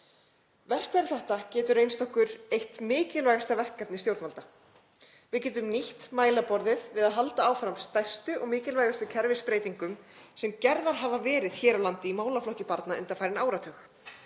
Verkfæri þetta getur reynst vera eitt mikilvægasta verkefni stjórnvalda. Við getum nýtt mælaborðið við að halda áfram stærstu og mikilvægustu kerfisbreytingum sem gerðar hafa verið hér á landi í málaflokki barna undanfarinn áratug